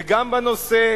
וגם בנושא,